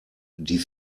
die